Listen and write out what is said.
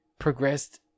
progressed